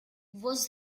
was